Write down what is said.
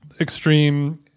extreme